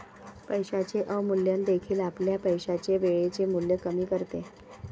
पैशाचे अवमूल्यन देखील आपल्या पैशाचे वेळेचे मूल्य कमी करते